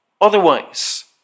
otherwise